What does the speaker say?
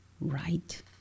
right